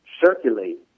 circulate